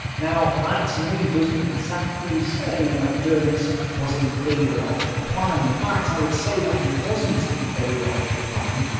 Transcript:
now, that to me doesn't exactly say that donitz was in favour of the plan. in fact, i would say that he wasn't in favour of the plan.